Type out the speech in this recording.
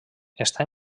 està